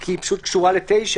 כי היא קשורה ל-9.